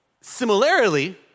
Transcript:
similarly